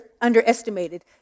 underestimated